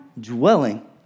dwelling